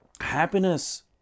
happiness